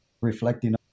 reflecting